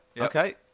Okay